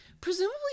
presumably